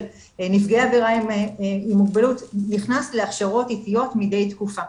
נפגעי עבירה עם מוגבלות נכנס להכשרות איטיות מדי תקופה.